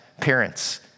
parents